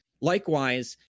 likewise